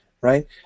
right